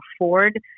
afford